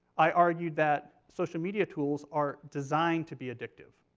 i argued that social media tools are designed to be addictive.